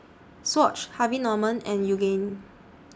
Swatch Harvey Norman and Yoogane